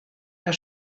der